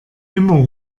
immer